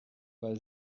weil